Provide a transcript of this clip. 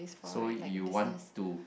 so you want to